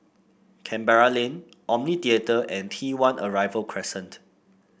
Canberra Lane Omni Theatre and T One Arrival Crescent